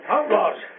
Outlaws